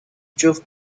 جفت